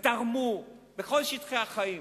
ותרמו בכל שטחי החיים.